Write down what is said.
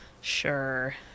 Sure